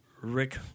Rick